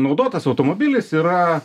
naudotas automobilis yra